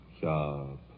job